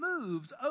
moves